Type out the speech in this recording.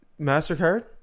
mastercard